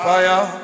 Fire